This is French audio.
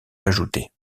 ajoutées